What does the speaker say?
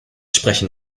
sprechen